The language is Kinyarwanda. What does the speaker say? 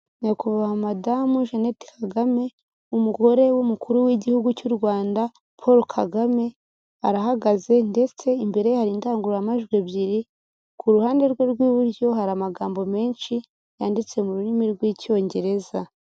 Nyakubahwa madamu Jeannette KAGAME, umugore w'umukuru w'igihugu cy'u Rwanda Paul KAGAME, arahagaze ndetse imbere ye hari indangururamajwi ebyiri, ku ruhande rwe rw'iburyo hari amagambo menshi yanditse mu rurimi rw'icyongereza.